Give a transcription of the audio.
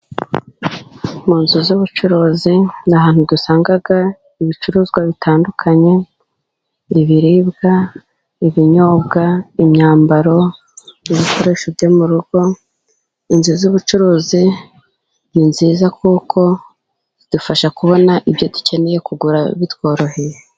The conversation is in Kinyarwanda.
Mu nzu z'ubucuruzi ni ahantu dusanga ibicuruzwa bitandukanye ,ibibiribwa, ibinyobwa, imyambaro n'ibikoresho byo mu rugo. Inzu z'ubucuruzi ninziza kuko zidufasha kubona ibyo dukeneye kugura bitworoheye.